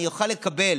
אני אוכל לקבל,